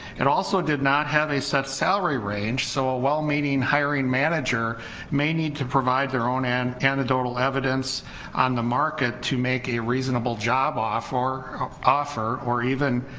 it also did not have a set salary range, so a well meaning hiring manager may need to provide their own end antidotal evidence on the market to make a reasonable job off or offer or even